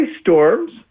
storms